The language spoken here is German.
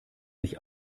sich